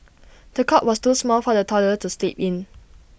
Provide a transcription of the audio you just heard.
the cot was too small for the toddler to sleep in